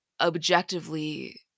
objectively